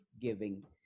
giving